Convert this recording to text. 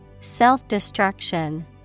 Self-destruction